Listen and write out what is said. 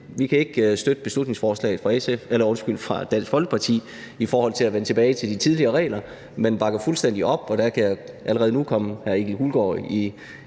vi kan ikke støtte beslutningsforslaget fra Dansk Folkeparti om at vende tilbage til de tidligere regler, men bakker fuldstændig op – og der kan jeg allerede nu komme hr. Egil Hulgaard i